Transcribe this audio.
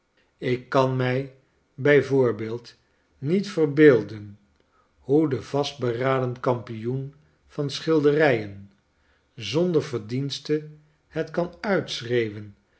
ik kan mij bij voorbeeld niet verbeelden hoe de vastberaden kampioen van schilderijen zonder verdienste het kan uitschreeuwen